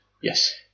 Yes